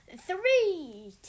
Three